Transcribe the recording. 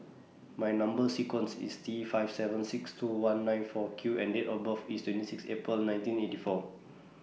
My Number sequence IS T five seven six two one nine four Q and Date of birth IS twenty six April nineteen eighty four